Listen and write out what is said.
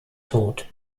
tod